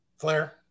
Flair